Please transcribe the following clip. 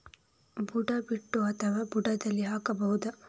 ಬುಡ ಬಿಟ್ಟು ಅಥವಾ ಬುಡದಲ್ಲಿ ಹಾಕಬಹುದಾ?